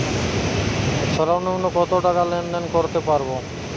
সর্বনিম্ন কত টাকা লেনদেন করতে পারবো?